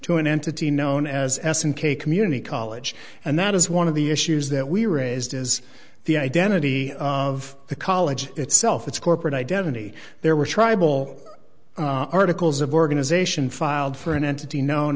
to an entity known as s n k community college and that is one of the issues that we raised as the identity of the college itself its corporate identity there were tribal articles of organization filed for an entity known